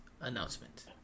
announcement